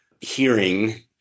hearing